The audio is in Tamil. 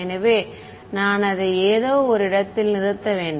எனவே நான் அதை ஏதோ ஒரு இடத்தில் நிறுத்த வேண்டும்